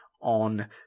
on